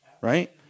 right